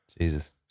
Jesus